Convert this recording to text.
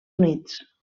units